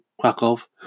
Krakow